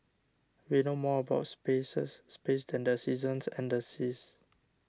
we know more about spaces space than the seasons and the seas